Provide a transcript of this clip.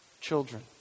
children